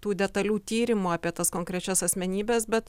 tų detalių tyrimų apie tas konkrečias asmenybes bet